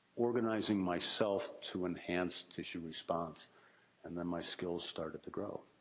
organizing myself to enhance tissue response and then my skills started to grow.